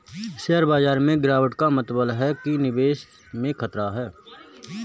share बाजार में गिराबट का मतलब है कि निवेश में खतरा है